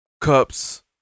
cups